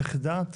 צריך לדעת,